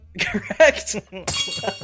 Correct